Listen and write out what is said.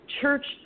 church